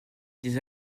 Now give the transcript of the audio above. des